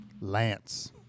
Lance